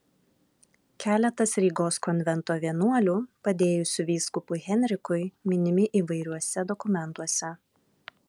keletas rygos konvento vienuolių padėjusių vyskupui henrikui minimi įvairiuose dokumentuose